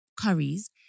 Curries